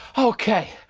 okay,